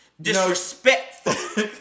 Disrespectful